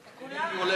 למי היא הולכת,